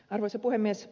arvoisa puhemies